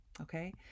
okay